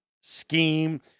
scheme